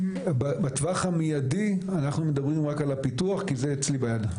בטווח המיידי אנחנו מדברים רק על הפיתוח כי זה אצלי ביד.